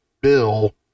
Bill